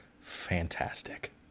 fantastic